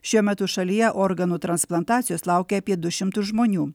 šiuo metu šalyje organų transplantacijos laukia apie du šimtus žmonių